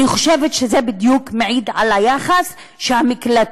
אני חושבת שזה בדיוק מעיד על היחס שהמקלטים,